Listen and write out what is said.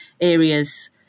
areas